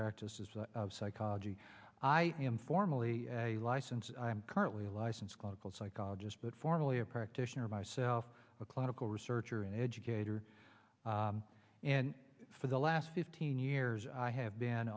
practices psychology i am formally a license i'm currently a licensed clinical psychologist but formally a practitioner myself a clinical research or an educator and for the last fifteen years i have been